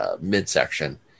midsection